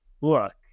look